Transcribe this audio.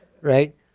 right